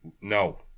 No